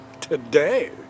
today